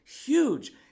huge